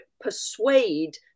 persuade